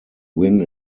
win